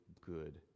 good